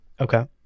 Okay